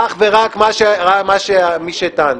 אך ורק מי שטען.